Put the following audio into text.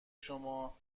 شما